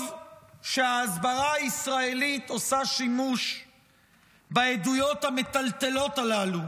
טוב שההסברה הישראלית עושה שימוש בעדויות המטלטלות הללו